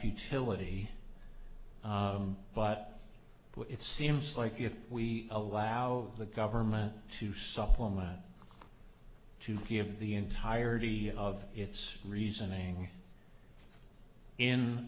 filippi but it seems like if we allow the government to supplement to give the entirety of its reasoning in